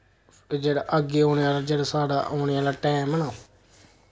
एह् जेह्ड़ा अग्गें औने आह्ला जेह्ड़ा साढ़ा औने आह्ला टैम ना